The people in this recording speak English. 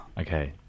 Okay